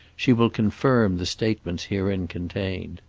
she will confirm the statements herein contained.